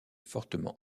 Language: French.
fortement